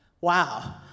Wow